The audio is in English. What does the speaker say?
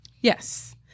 Yes